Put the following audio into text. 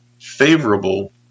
favorable